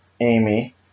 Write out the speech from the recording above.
Amy